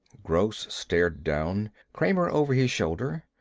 gross stared down, kramer over his shoulder.